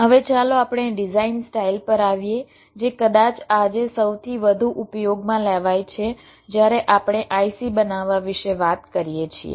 હવે ચાલો આપણે ડિઝાઇન સ્ટાઈલ પર આવીએ જે કદાચ આજે સૌથી વધુ ઉપયોગમાં લેવાય છે જ્યારે આપણે IC બનાવવા વિશે વાત કરીએ છીએ